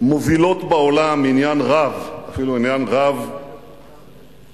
מובילות בעולם עניין רב, אפילו עניין רב מאוד,